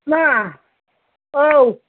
मा औ